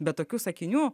be tokių sakinių